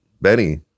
Benny